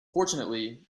fortunately